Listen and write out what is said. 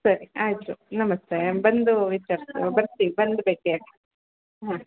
ಸರಿ ಆಯಿತು ನಮಸ್ತೆ ಬಂದು ವಿಚಾರಿಸಿ ನಾವು ಬರ್ತೀವಿ ಬಂದು ಭೇಟಿಯಾಗಿ ಹಾಂ